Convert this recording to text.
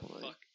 fuck